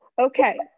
Okay